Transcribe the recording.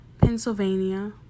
Pennsylvania